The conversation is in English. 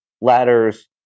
ladders